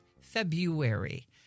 February